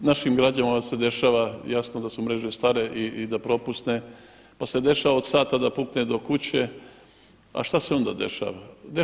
Našim građanima se dešava jasno da su mreže stare i da proprsne, pa se dešava od sata da pukne od kuće, a što se onda dešava?